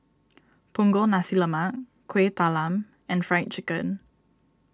Punggol Nasi Lemak Kueh Talam and Fried Chicken